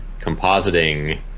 compositing